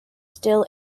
still